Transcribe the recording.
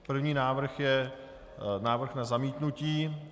První návrh je návrh na zamítnutí.